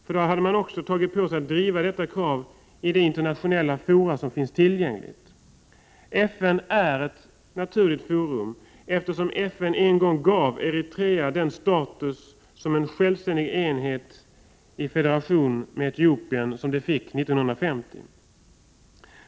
Då hade man nämligen också tagit på sig att driva detta krav i de internationella fora som finns tillgängliga. FN är ett naturligt forum, eftersom FN en gång gav Eritrea den status som en självständig enhet i federation med Etiopien som det fick 1950.